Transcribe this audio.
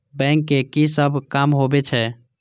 Bank के की सब काम होवे छे?